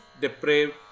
depraved